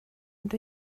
ond